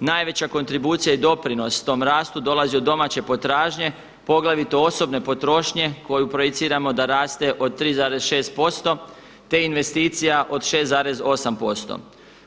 najveća kontribucija i doprinos tom rastu dolazi od domaće potražnje poglavito osobne potrošnje koju projiciramo da raste od 3,6%, te investicija od 6,8%